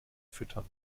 füttern